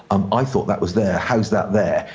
um i thought that was there. how is that there?